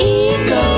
ego